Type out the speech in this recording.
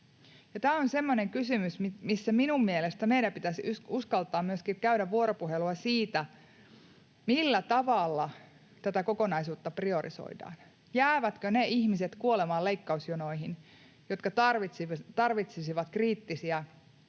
Tämä on semmoinen kysymys, missä minun mielestäni meidän pitäisi uskaltaa myöskin käydä vuoropuhelua siitä, millä tavalla tätä kokonaisuutta priorisoidaan. Jäävätkö ne ihmiset kuolemaan leikkausjonoihin, jotka tarvitsisivat kriittisiä